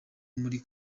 muri